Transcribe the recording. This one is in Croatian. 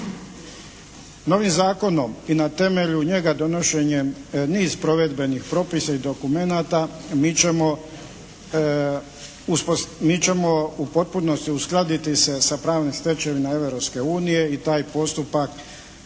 Novim zakonom i na temelju njega donošenjem niz provedbenih propisa i dokumenata mi ćemo uspostaviti, mi ćemo u potpunosti uskladiti se sa pravnim stečevinom Europske unije i taj postupak